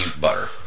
butter